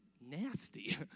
nasty